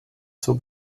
zur